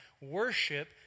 Worship